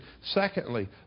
Secondly